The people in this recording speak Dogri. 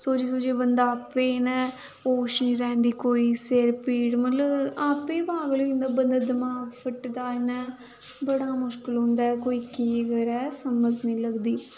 सोची सोचियै बंदा आपें ना होश नी रैंह्दी कोई सिर पीड़ मतलब आपैं गै पागल होई जंदा बंदा दमाक फट्टदा इ'यां बड़ा मुश्कल होंदा कोई केह् करै समझ नी लगदी